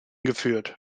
geführt